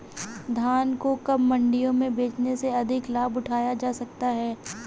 धान को कब मंडियों में बेचने से अधिक लाभ उठाया जा सकता है?